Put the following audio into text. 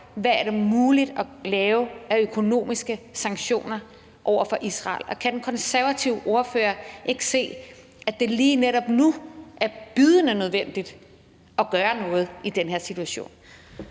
hvad det er muligt at lave af økonomiske sanktioner over for Israel. Kan den konservative ordfører ikke se, at det lige netop nu er bydende nødvendigt at gøre noget i den her situation?